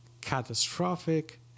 catastrophic